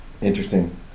Interesting